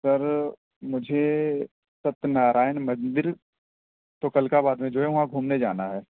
سر مجھے ستیہ نارائن مندر تغلق آباد میں جو ہے وہاں گھومنے جانا ہے